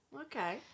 okay